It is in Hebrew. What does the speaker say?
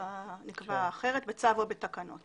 שנקבע אחרת בצו או בתקנות.